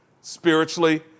Spiritually